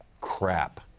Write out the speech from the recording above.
crap